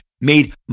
made